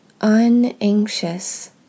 unanxious